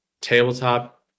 tabletop